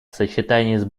сочетании